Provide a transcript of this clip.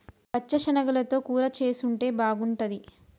పచ్చ శనగలతో కూర చేసుంటే బాగుంటది